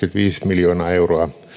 miljoonaa euroa